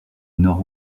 nord